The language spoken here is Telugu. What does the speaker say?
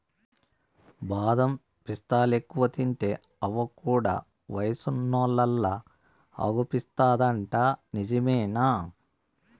బాదం పిస్తాలెక్కువ తింటే అవ్వ కూడా వయసున్నోల్లలా అగుపిస్తాదంట నిజమేనా